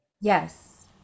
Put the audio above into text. Yes